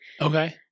Okay